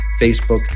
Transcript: facebook